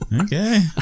Okay